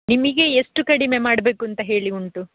ನಿಮಗೆ ಎಷ್ಟು ಕಡಿಮೆ ಮಾಡಬೇಕು ಅಂತ ಹೇಳಿ ಉಂಟು